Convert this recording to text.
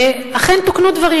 ואכן תוקנו דברים.